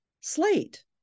slate